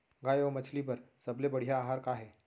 गाय अऊ मछली बर सबले बढ़िया आहार का हे?